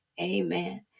amen